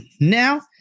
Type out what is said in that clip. now